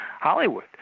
Hollywood